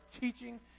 teaching